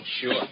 Sure